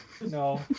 no